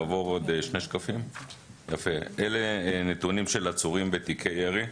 השקפים הבאים הם נתונים של עצורים בתיקי ירי.